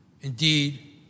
Indeed